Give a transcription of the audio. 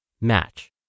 Match